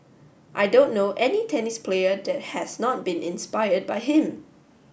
I don't know any tennis player that has not been inspired by him